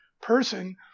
person